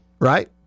Right